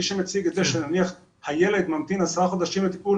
מי שמציג את זה כך שהילד ממתין עשרה חודשים לטיפול